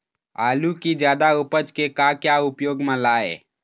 आलू कि जादा उपज के का क्या उपयोग म लाए?